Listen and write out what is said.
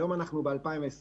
היום אנחנו ב-2020.